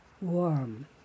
Warm